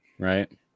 Right